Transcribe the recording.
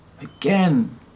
again